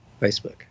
Facebook